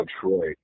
Detroit